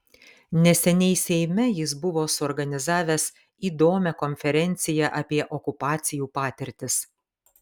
neseniai seime jis buvo suorganizavęs įdomią konferenciją apie okupacijų patirtis